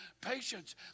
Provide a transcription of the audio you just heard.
Patience